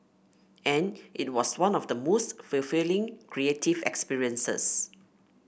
and it was one of the most fulfilling creative experiences